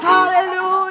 Hallelujah